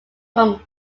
from